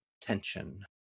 tension